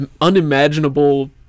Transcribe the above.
unimaginable